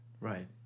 Right